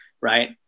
Right